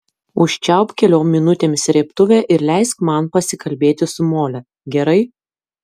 užčiaupk keliom minutėm srėbtuvę ir leisk man pasikalbėti su mole gerai